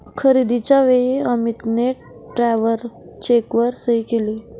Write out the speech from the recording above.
खरेदीच्या वेळी अमितने ट्रॅव्हलर चेकवर सही केली